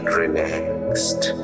relaxed